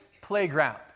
playground